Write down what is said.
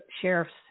Sheriffs